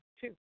two